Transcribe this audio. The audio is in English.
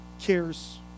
cares